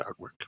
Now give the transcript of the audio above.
artwork